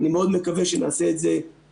אני מאוד מקווה שנעשה את זה בהסכמה.